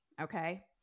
okay